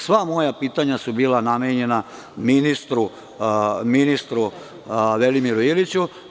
Sva moja pitanja su bila namenjena ministru Velimiru Iliću.